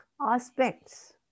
aspects